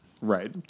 Right